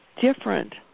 different